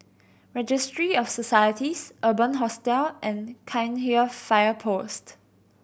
Registry of Societies Urban Hostel and Cairnhill Fire Post